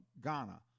Ghana